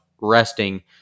resting